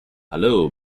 hello